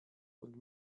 und